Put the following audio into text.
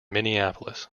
minneapolis